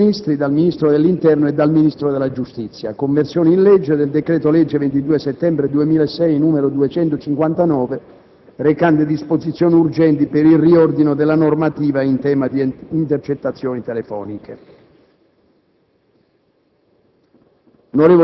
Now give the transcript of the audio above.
*dal Presidente del Consiglio dei ministri, dal Ministro dell'interno e dal Ministro della giustizia:* «Conversione in legge del decreto-legge 22 settembre 2006, n. 259, recante disposizioni urgenti per il riordino della normativa in tema di intercettazioni telefoniche»